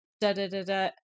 da-da-da-da